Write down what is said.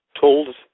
told